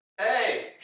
Hey